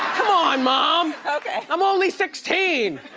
come on, mom. i'm only sixteen!